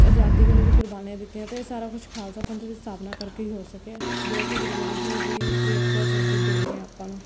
ਅਜ਼ਾਦੀ ਵੇਲੇ ਵੀ ਕੁਰਬਾਨੀਆਂ ਦਿੱਤੀਆਂ ਅਤੇ ਇਹ ਸਾਰਾ ਕੁਛ ਖਾਲਸਾ ਪੰਥ ਦੀ ਸਥਾਪਨਾ ਕਰਕੇ ਹੀ ਹੋ ਸਕਿਆ ਹੈ ਜੋ ਕਿ ਗੁਰੂ ਗੋਬਿੰਦ ਸਿੰਘ ਜੀ ਦੀ ਇੱਕ ਬਹੁਤ ਵੱਡੀ ਦੇਣ ਆ ਆਪਾਂ ਨੂੰ